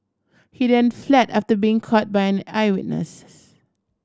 he then fled after being caught by an eyewitnesses